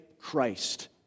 Christ